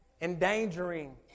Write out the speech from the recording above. Endangering